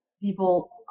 people